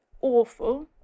awful